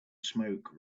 smoke